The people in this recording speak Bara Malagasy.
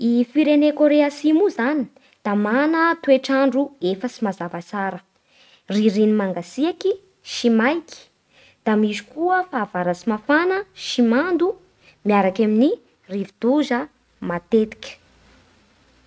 I firene Korea atsimo io zany da mana toetr'andro efatsy mazava tsara: ririny mangatsiaky sy maiky, da misy kosa fahavaratsy mafana sy mando miaraky amin'ny rivo-doza matetika.